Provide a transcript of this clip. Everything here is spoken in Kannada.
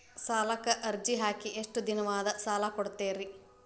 ಸಾಲಕ ಅರ್ಜಿ ಹಾಕಿ ಎಷ್ಟು ದಿನದಾಗ ಸಾಲ ಕೊಡ್ತೇರಿ?